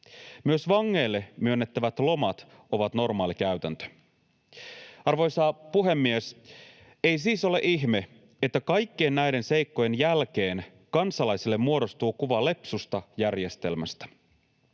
Myös vangeille myönnettävät lomat ovat normaali käytäntö. Arvoisa puhemies! Ei siis ole ihme, että kaikkien näiden seikkojen jälkeen kansalaisille muodostuu kuva lepsusta järjestelmästä.